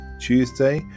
Tuesday